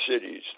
cities